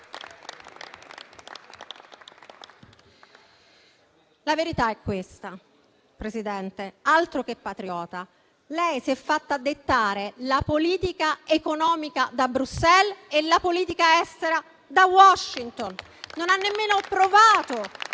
La verità è questa, Presidente: altro che patriota! Lei si è fatta dettare la politica economica da Bruxelles e la politica estera da Washington. Non ha nemmeno provato